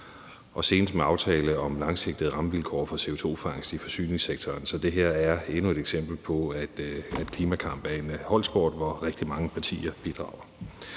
og senest var det »Aftale om langsigtede rammevilkår for CO2-fangst i forsyningssektoren«. Så det her er endnu et eksempel på, at klimakamp er en holdsport, hvor rigtig mange partier bidrager.